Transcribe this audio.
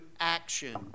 action